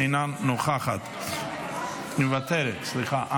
אינה נוכחת, מוותרת, סליחה.